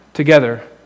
Together